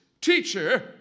Teacher